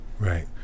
Right